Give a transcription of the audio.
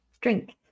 drink